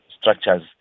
structures